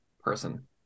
person